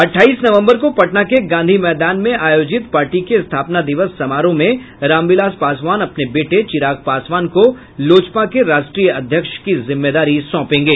अठाईस नवंबर को पटना के गांधी मैदान में आयोजित पार्टी के स्थापना दिवस समारोह में रामविलास पासवान अपने बेटे चिराग पासवान को लोजपा के राष्ट्रीय अध्यक्ष की जिम्मेदारी सौंपेंगे